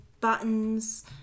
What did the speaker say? buttons